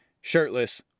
shirtless